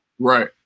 Right